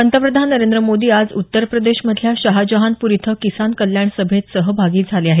पंतप्रधान नरेंद्र मोदी आज उत्तर प्रदेश मधल्या शहाजहानपूर इथं किसान कल्याण सभेत सहभागी झाले आहेत